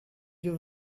you